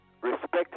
respect